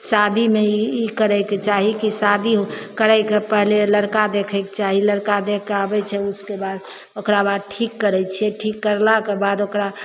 शादीमे ई ई करैके चाही कि शादी करैके पहिले लड़का देखैके चाही लड़का देखिके आबै छै उसकेबाद ओकराबाद ठीक करैत छियै ठीक करलाके बाद ओकरा